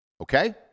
okay